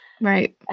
Right